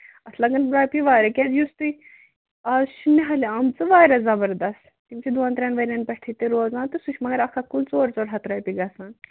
اَتھ لَگن رۄپیہِ واریاہ کیٛازِ یُس تُہۍ اَز چھ نِہالہِ آمژٕ واریاہ زَبرداست تِم چھِ دۅن ترٛٮ۪ن ؤرۍین پٮ۪ٹھٕے تہِ روزان تہٕ سُہ چھُ مَگر اکھ اکھ کُلۍ ژور ژور ہَتھ رۄپیہِ گَژھان